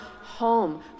home